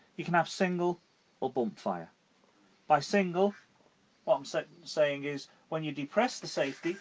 you can have single or bump fire by single what i'm so saying is when you depress the safety